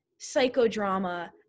psychodrama